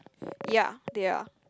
ya they are